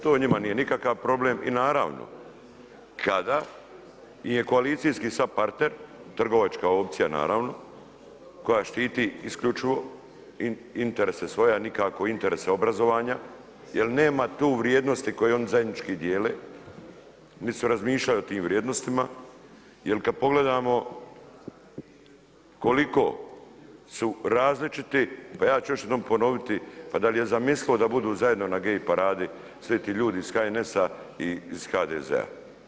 To njima nije nikakav problem, i naravno kada je koalicijski sad partner trgovačka opcija, naravno, koja štiti isključivo interese svoje, a nikako interese obrazovanja, jer nema tu vrijednosti koju oni zajednički dijele, niti su razmišljali o tim vrijednostima, jer kad pogledamo koliko su različiti, pa ja ću još jednom ponoviti pa da li je zamislivo da budu zajedno na gej paradi, svi ti ljudi iz HNS-a i HDZ-a.